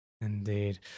Indeed